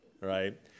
right